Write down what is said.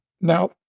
Now